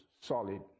solid